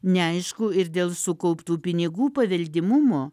neaišku ir dėl sukauptų pinigų paveldimumo